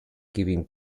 giving